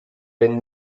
wenn